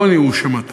אלא העוני הוא שמטריד,